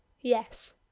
yes